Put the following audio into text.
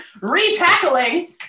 re-tackling